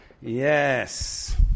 yes